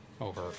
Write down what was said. over